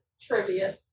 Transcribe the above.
trivia